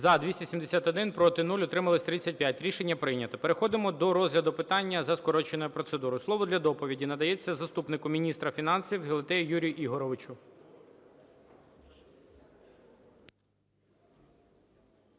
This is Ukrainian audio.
За-271 Проти – 0, утрималось – 35. Рішення прийнято. Переходимо до розгляду питання за скороченою процедурою. Слово для доповіді надається заступнику міністра фінансів Гелетею Юрію Ігоровичу.